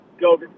go